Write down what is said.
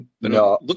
No